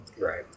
right